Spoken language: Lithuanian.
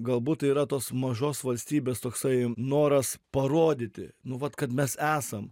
galbūt tai yra tos mažos valstybės toksai noras parodyti nu vat kad mes esam